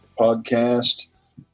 podcast